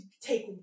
take